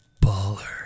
Baller